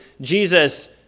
Jesus